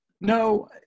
No